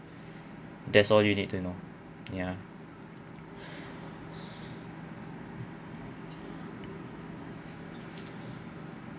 that's all you need to know ya